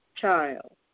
child